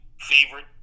favorite